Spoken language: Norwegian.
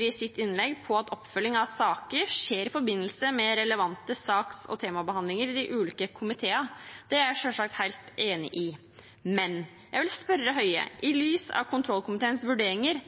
i sitt innlegg på at oppfølgingen av saker skjer i forbindelse med relevante saks- og temabehandlinger i de ulike komiteene. Det er jeg selvsagt helt enig i. Men jeg vil spørre statsråd Høie, i lys av kontrollkomiteens vurderinger,